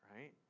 right